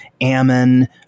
Ammon